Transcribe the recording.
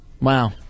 Wow